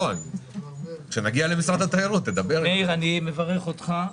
מאיר, אני מברך אותך.